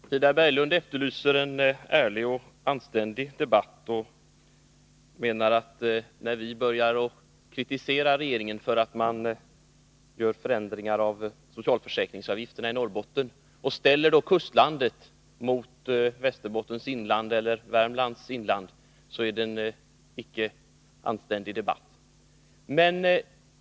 Herr talman! Frida Berglund efterlyser en ärlig och anständig debatt. När vi kritiserar regeringen för att den förändrar socialförsäkringsavgifterna i Norrbotten och ställer kustlandet mot Västerbottens inland eller Värmlands inland, så är det enligt hennes mening ett icke anständigt sätt att debattera.